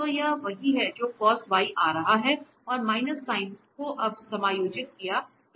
तो यह वही है जो cos y आ रहा है और माइनस साइन को अब समायोजित किया गया है